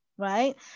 Right